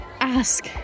ask